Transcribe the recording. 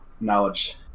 knowledge